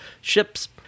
Ships